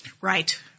Right